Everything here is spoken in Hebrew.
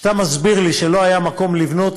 כשאתה מסביר לי שלא היה מקום לבנות,